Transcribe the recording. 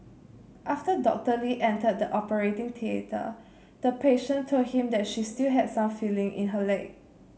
after Doctor Lee entered the operating theatre the patient told him that she still had some feeling in her leg